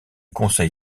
conseil